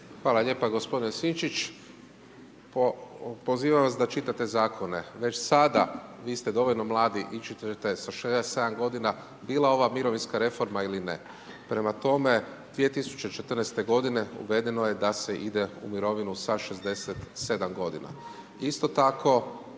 Hvala lijepo. Gospodine Sinčić, pozivam vas da čitate zakone, već sada vi ste dovoljno mladi, ići ćete sa 67 g., bila ova mirovinska reforma ili ne. Prema tome, 2014. g. uvedeno je da se ide u mirovinu sa 67. g. Isto tako,